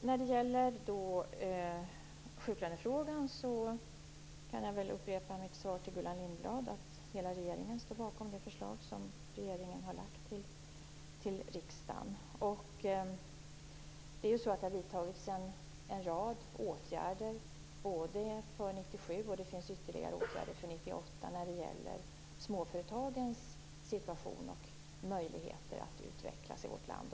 Herr talman! I sjuklönefrågan kan jag upprepa det svar som jag gav till Gullan Lindblad, nämligen att hela regeringen står bakom det förslag som regeringen har lagt fram i riksdagen. En rad åtgärder har vidtagits för 1997, och det finns ytterligare åtgärder för 1998 när det gäller småföretagens situation och möjligheter att utvecklas i vårt land.